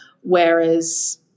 whereas